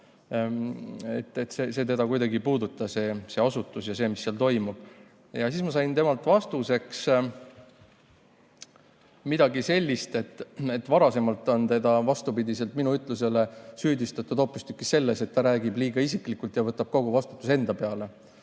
teda kuidagi, ei see asutus ega seal toimuv. Ma sain temalt vastuseks midagi sellist, et varem on teda vastupidiselt minu ütlusele süüdistatud hoopistükkis selles, et ta räägib liiga isiklikult ja võtab kogu vastutuse enda peale.